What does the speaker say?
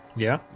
yeah,